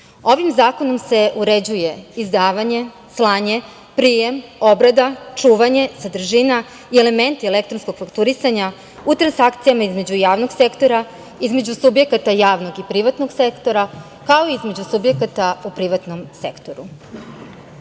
zakonom se uređuje izdavanje, slanje, prijem, obrada, čuvanje, sadržina i elementi elektronskog fakturisanja u transakcijama između javnog sektora, između subjekata javnog i privatnog sektora, kao i između subjekata u privatnom sektoru. Glavni